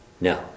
No